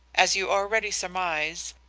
as you already surmise,